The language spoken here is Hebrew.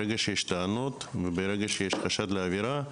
ברגע שיש טענות ויש חשד לעברה,